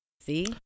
See